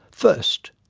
first,